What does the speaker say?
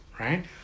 Right